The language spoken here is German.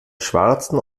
schwarzen